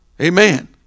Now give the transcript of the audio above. Amen